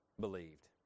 believed